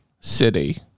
city